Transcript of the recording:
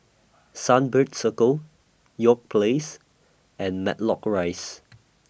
Sunbird Circle York Place and Matlock Rise